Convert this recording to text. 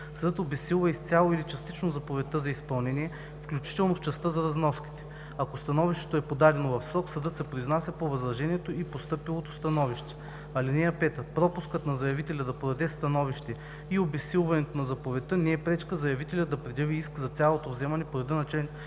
съдът обезсилва изцяло или частично заповедта за изпълнение, включително в частта за разноските. Ако становището е подадено в срок, съдът се произнася по възражението и постъпилото становище. (5) Пропускът на заявителя да подаде становище и обезсилването на заповедта не е пречка заявителят да предяви иск за цялото вземане по реда на чл.